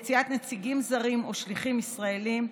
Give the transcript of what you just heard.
יציאת נציגים זרים או שליחים ישראלים,